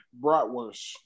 bratwurst